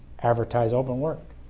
advertise open work.